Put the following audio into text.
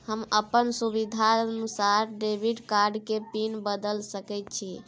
हम अपन सुविधानुसार डेबिट कार्ड के पिन बदल सके छि?